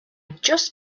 just